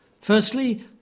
Firstly